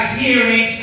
hearing